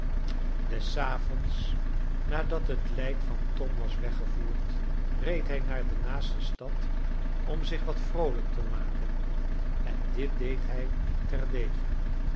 des avonds nadat het lijk van tom was weggevoerd reed hij naar de naaste stad om zich wat vroolijk te maken en dit deed hij terdege